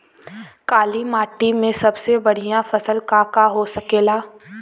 काली माटी में सबसे बढ़िया फसल का का हो सकेला?